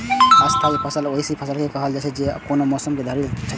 स्थायी फसल ओहि फसल के कहल जाइ छै, जे कोनो मौसम धरि टिकै छै